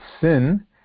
sin